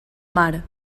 mar